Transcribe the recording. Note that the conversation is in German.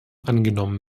angenommen